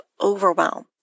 overwhelm